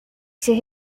see